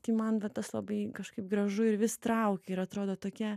tai man va tas labai kažkaip gražu ir vis traukia ir atrodo tokia